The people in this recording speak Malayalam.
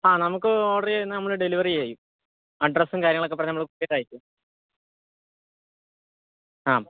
ആ നമുക്ക് ഓർഡർ ചെയ്യുന്നത് നമ്മള് ഡെലിവറി ചെയ്യും അഡ്രസ്സും കാര്യങ്ങളൊക്കെ പറഞ്ഞാൽ നമ്മൾ കൊറിയർ അയയ്ക്കും ആ